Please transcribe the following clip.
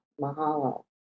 mahalo